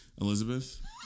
Elizabeth